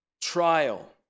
trial